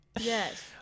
Yes